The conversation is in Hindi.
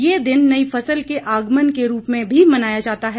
यह दिन नई फसल के आगमन के रूप में भी मनाया जाता है